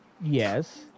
Yes